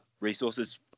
resources